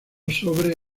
sobre